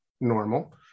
normal